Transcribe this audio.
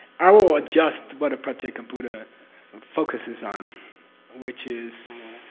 i will adjust what a pratyeka buddha focuses on which is.